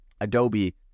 Adobe